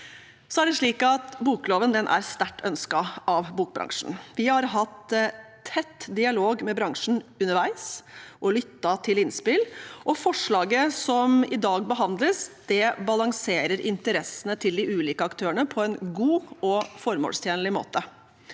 kan nås. Bokloven er sterkt ønsket av bokbransjen. Vi har hatt tett dialog med bransjen underveis og lyttet til innspill. Forslaget som i dag behandles, balanserer interessene til de ulike aktørene på en god og formålstjenlig måte.